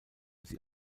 sie